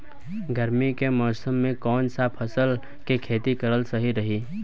गर्मी के मौषम मे कौन सा फसल के खेती करल सही रही?